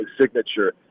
signature